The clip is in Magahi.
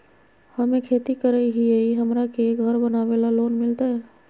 हमे खेती करई हियई, हमरा के घर बनावे ल लोन मिलतई?